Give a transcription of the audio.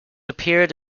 appeared